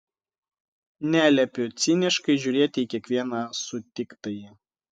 neliepiu ciniškai žiūrėti į kiekvieną sutiktąjį